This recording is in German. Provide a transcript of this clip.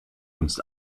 uns